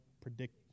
Predict